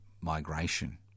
migration